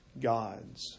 gods